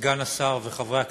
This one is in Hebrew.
סגן השר וחברי הכנסת,